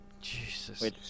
Jesus